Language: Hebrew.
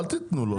אל תיתנו לו.